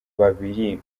babiri